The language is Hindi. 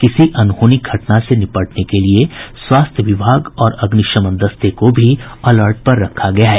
किसी अनहोनी घटना से निपटने के लिये स्वास्थ्य विभाग और अग्निशमन दस्ते को भी अलर्ट पर रखा गया है